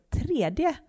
tredje